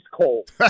cold